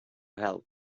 help